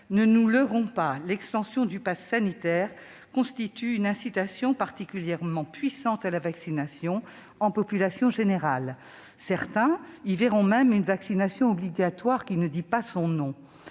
Ne nous leurrons pas : l'extension du passe sanitaire constitue une incitation particulièrement puissante à la vaccination en population générale. Certains y verront même une vaccination obligatoire qui ne dit pas son nom.